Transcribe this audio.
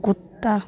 कुत्ता